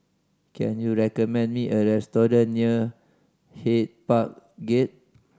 can you recommend me a restaurant near Hyde Park Gate